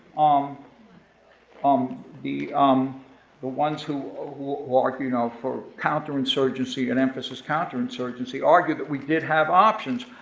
um um the um the ones who ah who will argue you know for counterinsurgency and emphasize counterinsurgency argue that we did have options.